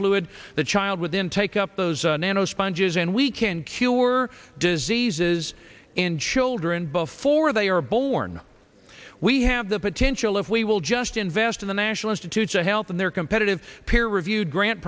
fluid the child within take up those nano sponges and we can cure diseases in children before they are born we have the potential if we will just invest in the national institutes of health and their competitive peer reviewed grant